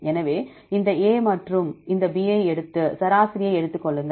எனவே இந்த A மற்றும் இந்த B ஐ எடுத்து சராசரியை எடுத்துக் கொள்ளுங்கள்